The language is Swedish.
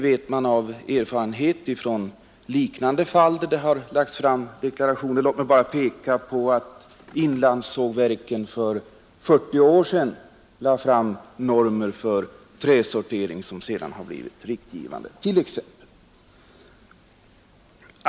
När man nu har nått fram till normer för hur en deklaration skall göras är det att förvänta att företagen i branschen kommer att följa dem.